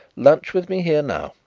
lunch with me here now.